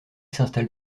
s’installe